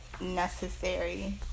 necessary